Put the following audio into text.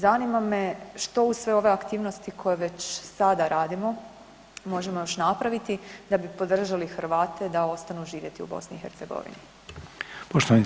Zanima me što uz sve ove aktivnosti koje već sada radimo možemo još sada napraviti da bi podržali Hrvate da ostanu živjeti u BiH?